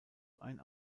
ein